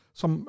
som